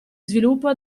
sviluppo